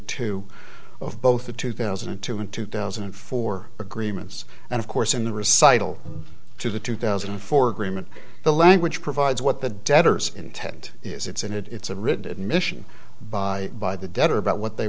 two of both the two thousand and two and two thousand and four agreements and of course in the recital to the two thousand and four agreement the language provides what the debtor's intent is it's in it it's a rigid mission by by the debtor about what they